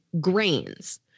grains